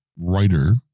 writer